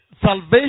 salvation